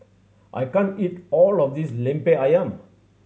I can't eat all of this Lemper Ayam